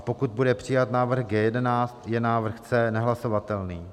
pokud bude přijat návrh G11, je návrh C nehlasovatelný